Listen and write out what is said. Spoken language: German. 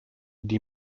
die